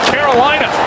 Carolina